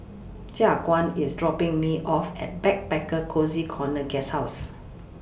Jaquan IS dropping Me off At Backpacker Cozy Corner Guesthouse